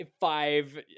five